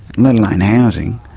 let alone housing,